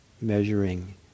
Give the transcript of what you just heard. measuring